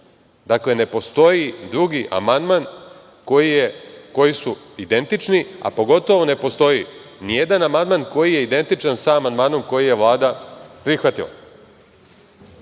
Dakle, ne postoje drugi amandmani koji su identični, a pogotovo ne postoji ni jedan amandman koji je identičan sa amandmanom koji je Vlada prihvatila. Ovde